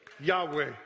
Yahweh